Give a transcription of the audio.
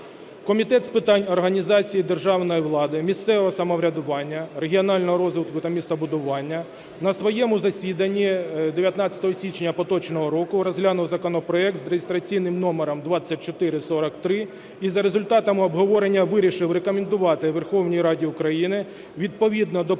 Комітет з питань організації державної влади, місцевого самоврядування, регіонального розвитку та містобудування на своєму засіданні 19 січня поточного року розглянув законопроект за реєстраційним номером 2443 і за результатами обговорення вирішив рекомендувати Верховній Раді України відповідно до пункту